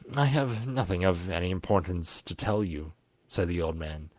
i have nothing of any importance to tell you said the old man,